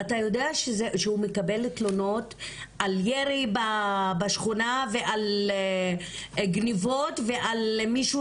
אתה יודע שהוא מקבל תלונות על ירי בשכונה ועל גניבות ועל מישהו